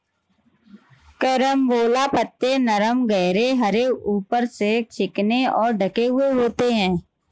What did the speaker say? carambola पत्ते नरम गहरे हरे ऊपर से चिकने और ढके हुए होते हैं